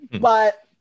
but-